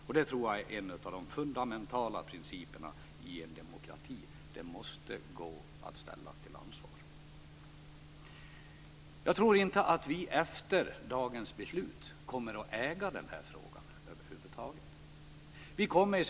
Jag tror att en av de fundamentala principerna i en demokrati är att det måste gå att ställa till ansvar men jag tror inte att vi efter dagens beslut kommer att äga frågan över huvud taget.